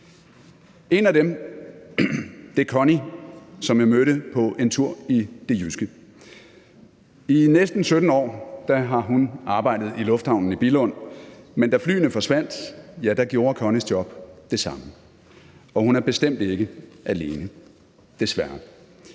En af dem er Connie, som jeg mødte på en tur i det jyske. I næsten 17 år har hun arbejdet i lufthavnen i Billund, men da flyene forsvandt, gjorde Connies job det samme, og hun er bestemt ikke alene, desværre.